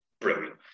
brilliant